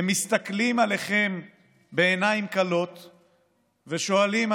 הם מסתכלים עליכם בעיניים כלות ושואלים,